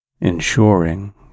ensuring